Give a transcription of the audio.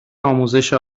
آموزش